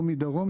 או מדרום,